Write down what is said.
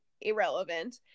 irrelevant